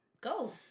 Go